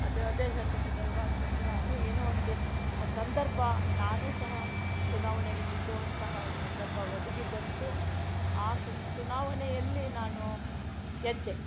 ಅದು ಅದೇ ಹೇಳ್ತೇನೆ ದೈವಾನುಗ್ರಹ ಅಂತ ಏನೋ ಒಂದು ಸಂದರ್ಭ ನಾನೂ ಸಹ ಚುನಾವಣೆಗೆ ನಿಲ್ಲುವಂತಹ ಸಂದರ್ಭ ಒದಗಿ ಬಂತು ಆ ಸುನ್ ಚುನಾವಣೆಯಲ್ಲಿ ನಾನು ಗೆದ್ದೆ